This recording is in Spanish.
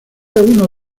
uno